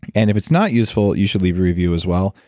and if it's not useful, you should leave a review as well.